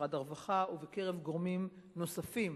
במשרד הרווחה ובקרב גורמים נוספים